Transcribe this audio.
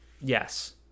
Yes